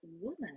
woman